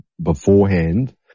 beforehand